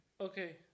Okay